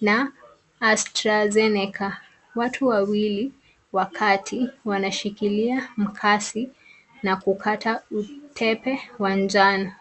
na Astrazeneca . Watu wawili wa kati wanashikilia makasi na kukata utepe wa njano.